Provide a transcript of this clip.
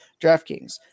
DraftKings